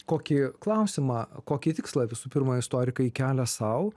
kokį klausimą kokį tikslą visų pirma istorikai kelia sau